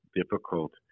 difficult